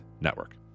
Network